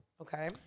Okay